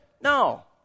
No